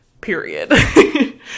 period